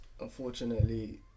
unfortunately